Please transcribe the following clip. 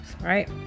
right